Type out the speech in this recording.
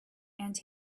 and